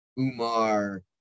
Umar